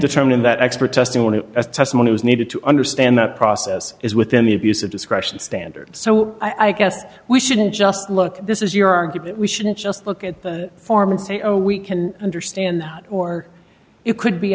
the term in that expert testimony as testimony was needed to understand that process is within the abuse of discretion standard so i guess we shouldn't just look this is your argument we shouldn't just look at the form and say oh we can understand or it could be